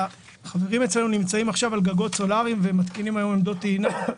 החברים שלנו נמצאים עכשיו על גגות סולריים ומתקינים עמדות טעינה.